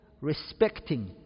Respecting